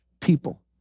people